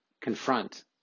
confront